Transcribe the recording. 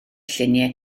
lluniau